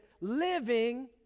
living